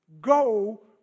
Go